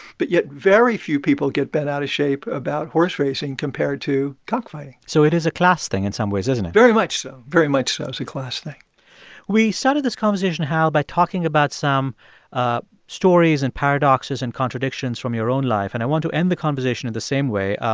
but yet, very few people get bent out of shape about horseracing compared to cockfighting so it is a class thing in some ways, isn't it? very much so. very much so. it's a class thing we started this conversation, hal, by talking about some ah stories and paradoxes and contradictions from your own life, and i want to end the conversation in the same way.